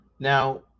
Now